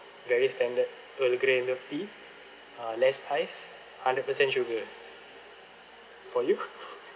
very standard earl grey milk tea uh less ice hundred percent sugar for you